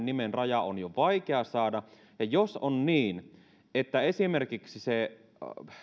nimen raja on jo vaikea saada ja jos on niin että esimerkiksi se